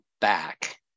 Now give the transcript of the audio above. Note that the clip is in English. back